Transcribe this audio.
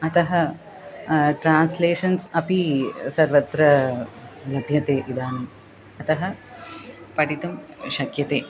अतः ट्रान्स्लेशन्स् अपि सर्वत्र लभ्यते इदानीम् अतः पठितुं शक्यते